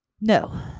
No